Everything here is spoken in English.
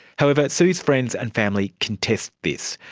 however, sue's friends and family contest this.